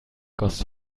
goss